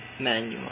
Manual